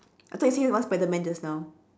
I thought you say you want spiderman just now